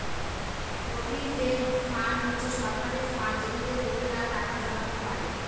provident fund হচ্ছে সরকারের fund যেটাতে লোকেরা টাকা জমাতে পারে